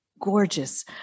gorgeous